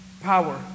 power